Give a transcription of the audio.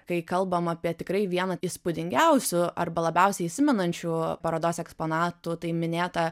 kai kalbam apie tikrai vieną įspūdingiausių arba labiausiai įsimenančių parodos eksponatų tai minėtą